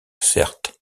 certes